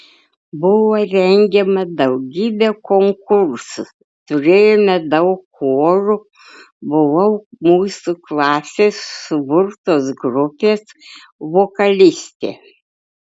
buvo rengiama daugybė konkursų turėjome daug chorų buvau mūsų klasės suburtos grupės vokalistė